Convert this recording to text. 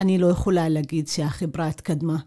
אני לא יכולה להגיד שהחברה התקדמה.